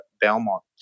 Belmont